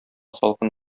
салкын